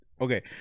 okay